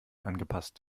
angepasst